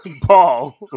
Paul